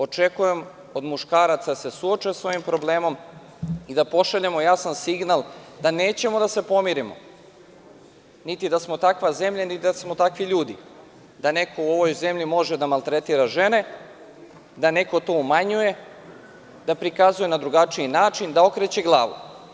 Očekujem od muškaraca da se suoče sa svoji problemom i da pošaljemo jasan signal da nećemo da se pomirimo, niti da smo takva zemlja, niti da smo takvi ljudi, da neko u ovoj zemlji može da maltretira žene, da neko to obmanjuje, da prikazuje na drugačiji način, da okreće glavu.